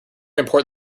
important